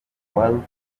well